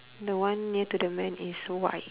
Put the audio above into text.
the one near to the man is whi~